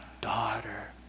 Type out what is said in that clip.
daughter